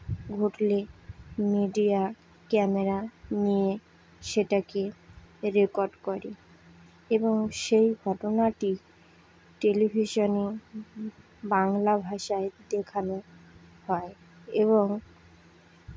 ঘটলে media camera নিয়ে সেটাকে রেকর্ড করে এবং সেই ঘটনাটি টেলিভিশনে বাংলা ভাষায় দেখানো হয় এবং